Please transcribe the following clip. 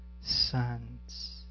sons